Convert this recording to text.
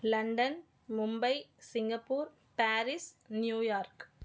London Mumbai Singapore Paris New York